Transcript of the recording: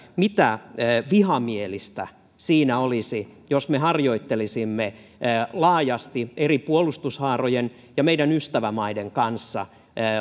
mitä vihamielistä siinä olisi jos me harjoittelisimme laajasti eri puolustushaarojen ja meidän ystävämaidemme kanssa